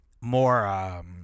more –